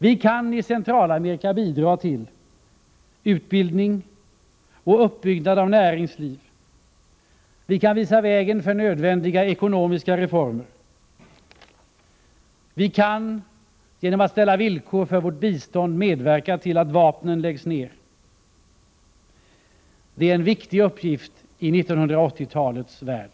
Vi kan i Centralamerika bidra till utbildning och uppbyggnad av näringsliv. Vi kan visa vägen för nödvändiga ekonomiska reformer. Vi kan genom att ställa villkor för vårt bistånd medverka till att vapnen läggs ner. Det är en viktig uppgift i 1980-talets värld.